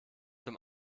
zum